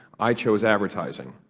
i chose advertising.